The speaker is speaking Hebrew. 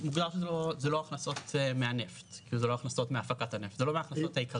זה לא הכנסות מהנפט ולא הכנסות מהפקת הנפט,